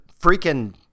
freaking